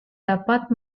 dapat